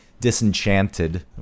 disenchanted